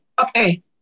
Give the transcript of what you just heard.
okay